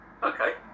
Okay